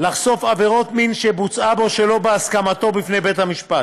לחשוף עבירת מין שנעשתה בו שלא בהסכמתו לפני בית משפט,